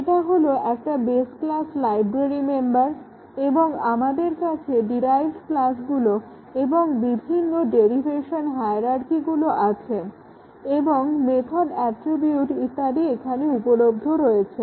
এটা হল একটা বেস ক্লাস লাইব্রেরী মেম্বার এবং আমাদের কাছে ডিরাইভড ক্লাসগুলো এবং বিভিন্ন ডেরিভেশন হায়ারার্কিগুলো আছে এবং মেথড অ্যাট্রিবিউট ইত্যাদি এখানে উপলব্ধ রয়েছে